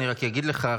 רק אגיד לך,